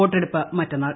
വോട്ടെടുപ്പ് മറ്റെന്നാൾ